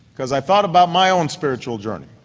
because i thought about my own spiritual journey,